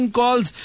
calls